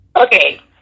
Okay